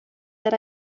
that